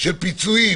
של פיצויים.